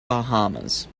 bahamas